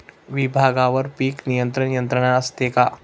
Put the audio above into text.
विभागवार पीक नियंत्रण यंत्रणा असते का?